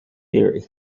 theory